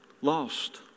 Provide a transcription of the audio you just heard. Lost